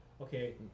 okay